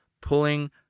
pulling